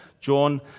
John